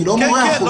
אני לא מורח אותך.